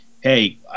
hey